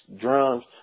drums